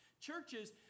churches